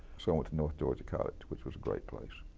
so i went to north georgia college, which was a great place.